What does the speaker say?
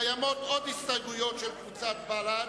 קיימות עוד הסתייגויות של קבוצת בל"ד,